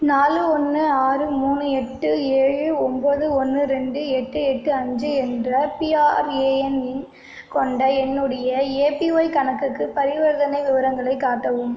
நாலு ஒன்று ஆறு மூணு எட்டு ஏழு ஒம்பது ஒன்று ரெண்டு எட்டு எட்டு அஞ்சு என்ற பிஆர்ஏஎன் எண் கொண்ட என்னுடைய ஏபிஒய் கணக்குக்கு பரிவர்த்தனை விவரங்களைக் காட்டவும்